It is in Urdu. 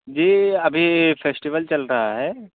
جی ابھی فیسٹیول چل رہا ہے